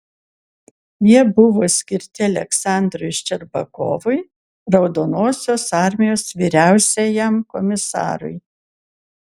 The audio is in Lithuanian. jie buvo skirti aleksandrui ščerbakovui raudonosios armijos vyriausiajam komisarui